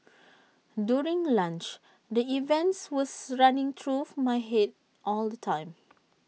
during lunch the events were running through my Head all the time